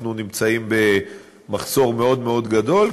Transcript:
אנחנו נמצאים במחסור מאוד מאוד גדול,